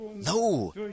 No